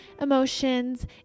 emotions